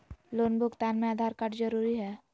Loan भुगतान में Aadhaar card जरूरी है?